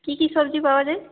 কি কি সবজি পাওয়া যায়